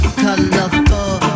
colorful